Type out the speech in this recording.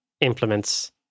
implements